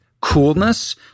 coolness